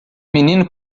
menino